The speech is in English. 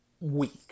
week